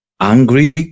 angry